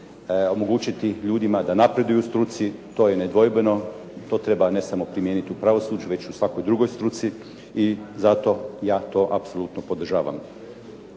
omogućiti ljudima da napreduju u struci, to je nedvojbeno i to treba ne samo primijeniti u pravosuđu već i u svakoj drugoj struci i zato ja to apsolutno podržavam.